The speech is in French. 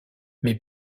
mais